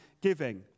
giving